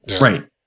Right